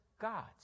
God's